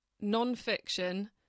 non-fiction